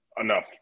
enough